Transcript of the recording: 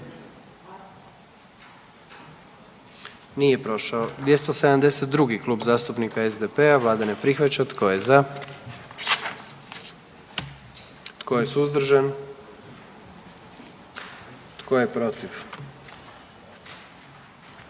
dio zakona. 44. Kluba zastupnika SDP-a, vlada ne prihvaća. Tko je za? Tko je suzdržan? Tko je protiv?